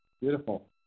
Beautiful